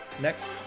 next